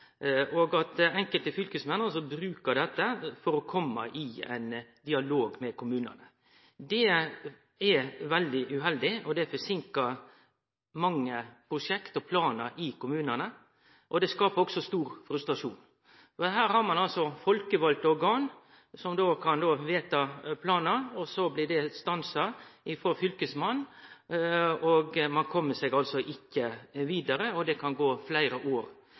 kommunane. Det er veldig uheldig, for det forsinkar mange prosjekt og planar i kommunane, og det skaper òg stor frustrasjon. Her har ein altså folkevalte organ som kan vedta planar, og så blir det stansa av Fylkesmannen. Ein kjem seg altså ikkje vidare, og det kan gå fleire år.